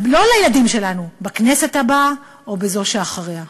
לא לילדים שלנו, בכנסת הבאה או בזו שאחריה.